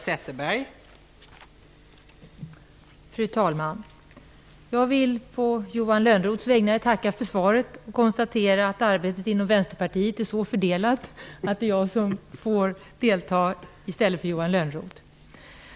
Fru talman! Jag vill på Johan Lönnroths vägnar tacka för svaret och konstatera att arbetet inom Vänsterpartiet är så upplagt att det är jag som får delta i stället för Johan Lönnroth.